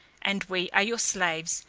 and we are your slaves,